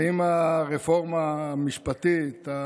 האם הרפורמה המשפטית,